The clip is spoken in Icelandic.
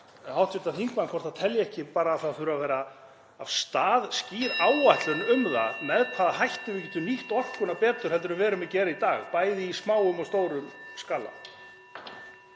spyrja hv. þingmann hvort hann telji ekki að það þurfi að fara af stað skýr áætlun um það með hvaða hætti við getum nýtt orkuna betur en við erum að gera í dag, bæði í smáum og stórum skala.